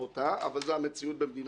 אז זה לא היה ברשת?